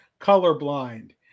colorblind